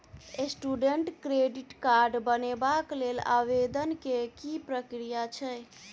Student credit card बनेबाक लेल आवेदन केँ की प्रक्रिया छै?